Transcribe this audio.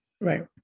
Right